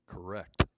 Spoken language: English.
Correct